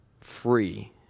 free